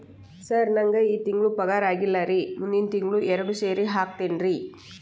sir ನಂಗ ಈ ತಿಂಗಳು ಪಗಾರ ಆಗಿಲ್ಲಾರಿ ಮುಂದಿನ ತಿಂಗಳು ಎರಡು ಸೇರಿ ಹಾಕತೇನ್ರಿ